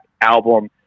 album